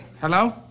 Hello